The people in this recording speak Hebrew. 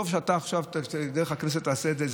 טוב שאתה עכשיו, דרך הכנסת, תעשה את זה.